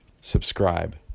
Subscribe